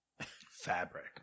Fabric